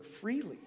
freely